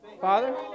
Father